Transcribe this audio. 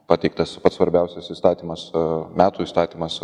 pateiktas pats svarbiausias įstatymas metų įstatymas